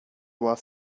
while